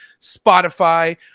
Spotify